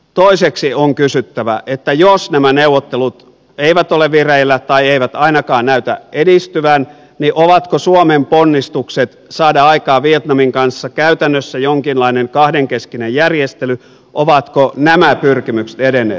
toiseksi on kysyttävä että jos nämä neuvottelut eivät ole vireillä tai eivät ainakaan näytä edistyvän niin ovatko suomen ponnistukset saada aikaan vietnamin kanssa käytännössä jonkinlainen kahdenkeskinen järjestely edenneet